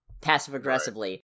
passive-aggressively